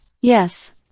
Yes